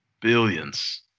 Billions